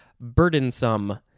burdensome